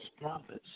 prophets